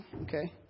Okay